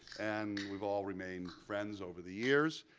and we've all remained friends over the years.